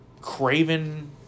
craven